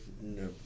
no